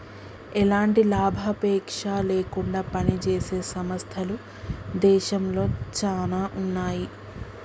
ఎలాంటి లాభాపేక్ష లేకుండా పనిజేసే సంస్థలు దేశంలో చానా ఉన్నాయి